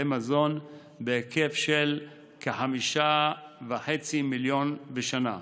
מזון בהיקף של כ-5.5 מיליון שקלים בשנה.